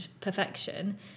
perfection